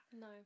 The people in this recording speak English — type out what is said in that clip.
No